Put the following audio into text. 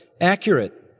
accurate